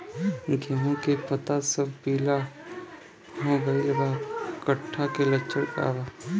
गेहूं के पता सब पीला हो गइल बा कट्ठा के लक्षण बा?